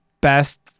best